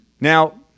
Now